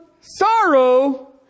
sorrow